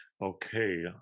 Okay